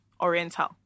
oriental